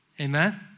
Amen